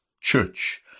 church